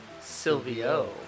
Sylvio